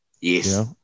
Yes